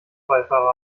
beifahrer